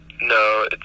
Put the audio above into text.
No